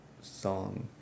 song